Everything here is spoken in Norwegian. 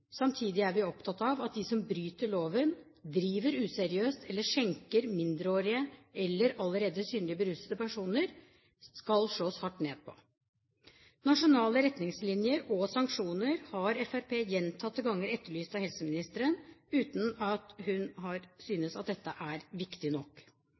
Samtidig er vi opptatt av at de som bryter loven, driver useriøst eller skjenker mindreårige eller allerede synlig berusede personer, skal det slås hardt ned på. Nasjonale retningslinjer og sanksjoner har Fremskrittspartiet gjentatte ganger etterlyst fra helseministeren, uten at hun har syntes at dette er viktig nok.